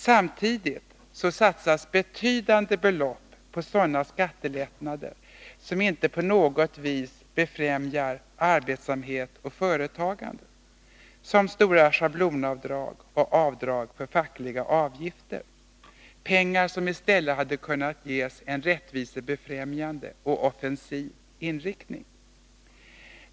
Samtidigt satsas betydande belopp på sådana skattelättnader som inte på något vis befrämjar arbetsamhet och företagande, som stora schablonavdrag och avdrag för fackliga avgifter, satsningar som i stället hade kunnat ges en rättvisebefrämjande och offensiv inriktning.